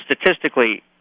statistically